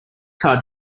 car